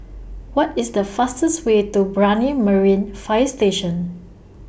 What IS The fastest Way to Brani Marine Fire Station